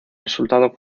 resultado